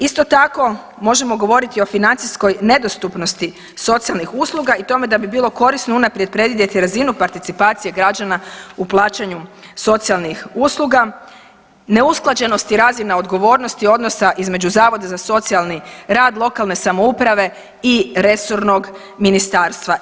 Isto tako možemo govoriti o financijskoj nedostupnosti socijalnih usluga i tome da bi bilo korisno unaprijed predvidjeti razinu participacije građana u plaćanju socijalnih usluga, neusklađenosti razina odgovornosti odnosa između Zavoda za socijalni rad, lokalne samouprave i resornog ministarstva.